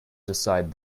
decide